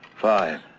Five